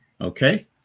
Okay